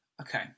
Okay